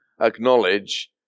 acknowledge